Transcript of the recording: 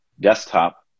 desktop